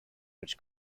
which